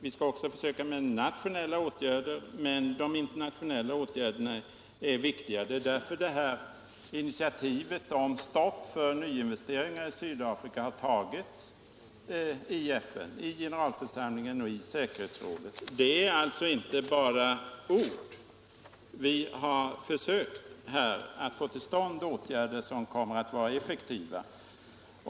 Vi skall också försöka med nationella åtgärder, men de internationella åtgärderna är viktiga — det är därför initiativet till stopp för nya investeringar i Sydafrika har tagits i FN:s generalförsamling och säkerhetsråd. Det är alltså inte bara ord. Vi har försökt få till stånd åtgärder som kommer att vara effektiva.